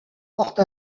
porte